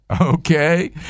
Okay